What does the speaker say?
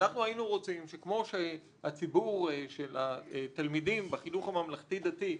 אנחנו היינו רוצים שכמו שהציבור של התלמידים בחינוך הממלכתי-דתי,